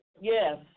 yes